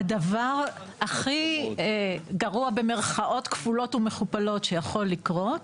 הדבר הכי גרוע שיכול לקרות,